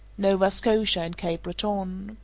nova scotia and cape breton.